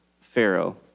Pharaoh